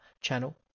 channel